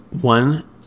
one